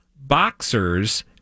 boxers